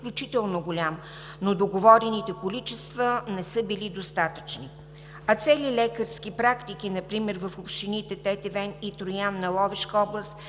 изключително голям, но договорените количества не са били достатъчни. А цели лекарски практики, например в общините Тетевен и Троян на Ловешка област,